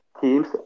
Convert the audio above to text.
teams